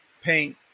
paint